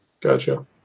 Gotcha